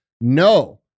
No